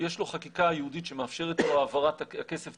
יש לו חקיקה ייעודית שמאפשרת לו העברת הכסף,